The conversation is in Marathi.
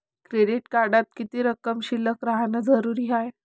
क्रेडिट कार्डात किती रक्कम शिल्लक राहानं जरुरी हाय?